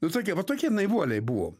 nu tokie va tokie naivuoliai buvo